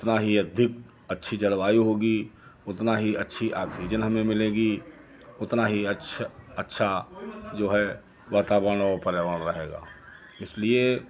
उतना ही अधिक अच्छी जलवायु होगी उतना ही अच्छी ऑक्सीजन हमें मिलेगी उतना ही अच्छा अच्छा जो है वातावरण और पर्यावरण रहेगा इसलिए